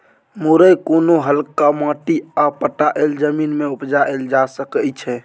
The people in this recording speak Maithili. मुरय कोनो हल्का माटि आ पटाएल जमीन मे उपजाएल जा सकै छै